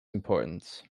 importance